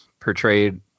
portrayed